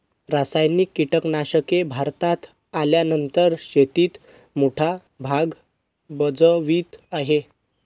रासायनिक कीटनाशके भारतात आल्यानंतर शेतीत मोठा भाग भजवीत आहे